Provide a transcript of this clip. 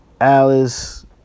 Alice